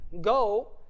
go